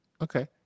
Okay